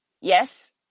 Yes